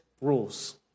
rules